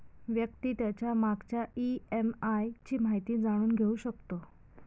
व्यक्ती त्याच्या मागच्या ई.एम.आय ची माहिती जाणून घेऊ शकतो